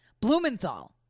Blumenthal